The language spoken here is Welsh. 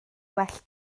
well